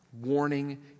Warning